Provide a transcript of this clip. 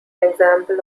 example